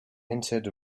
entered